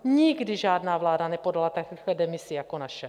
Nikdy žádná vláda nepodala tak rychle demisi jako naše.